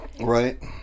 right